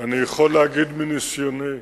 אני יכול להגיד מניסיוני,